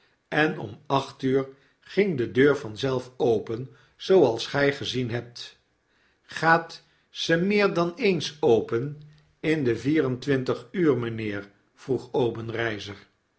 en om acht uur fing de deur vanzelf open zooals gy gezien ebt gaat ze meer dan eens open in de vier en twintig uur mynheer vroeg